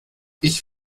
ich